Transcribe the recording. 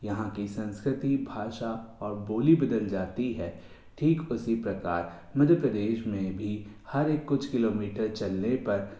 यहाँ की संस्कृति भाषा और बोली बदल जाती है ठीक उसी प्रकार मध्य प्रदेश में भी हर एक कुछ किलोमीटर चलने पर